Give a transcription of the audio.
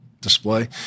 display